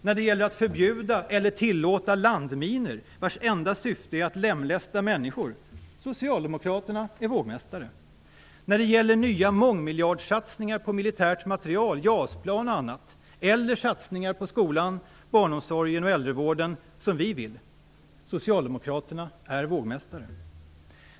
När det gäller frågan om att förbjuda eller tillåta landminor, vilkas enda syfte är att lemlästa människor, är Socialdemokraterna vågmästare. När det gäller frågan om att antingen göra nya mångmiljardsatsningar på militärt materiel - JAS plan och annat - eller att, som vi vill, göra satsningar på skolan, barnomsorgen och äldrevården är Socialdemokraterna vågmästare.